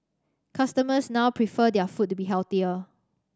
customers now prefer their food to be healthier